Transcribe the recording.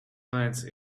glance